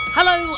Hello